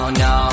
no